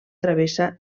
travessa